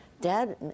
Dad